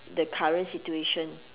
the current situation